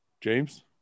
James